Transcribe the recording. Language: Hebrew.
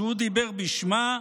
שהוא דיבר בשמה,